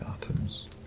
atoms